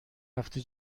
هفته